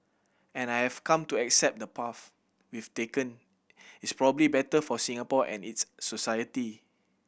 and I've come to accept the path we've taken is probably better for Singapore and its society